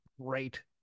great